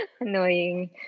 Annoying